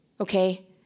okay